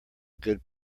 good